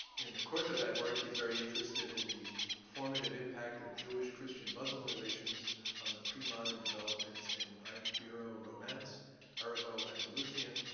in the course of that work, he's very interested in the formative impact of jewish-christian-muslim relations on the premodern developments in ibero-romance, arabo and eleusinian,